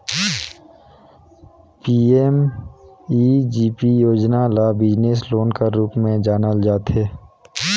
PMEGP योजना ल business loan कर रूप में जानल जाथे